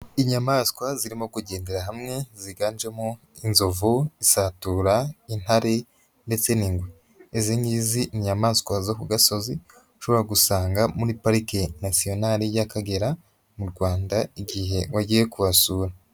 Inyamaswa zirimo kugendera hamwe ziganjemo inzovu, isatura, intare ndetse n'ingwe, izi ngizi ni inyamaswa zo ku gasozi ushobora gusanga muri pariki nasiyonari y'Akagera mu Rwanda igihe wagiye kuhasura.